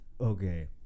Okay